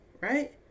Right